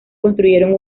construyeron